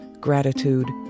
gratitude